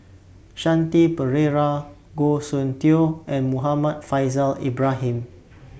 Shanti Pereira Goh Soon Tioe and Muhammad Faishal Ibrahim